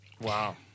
Wow